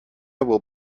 will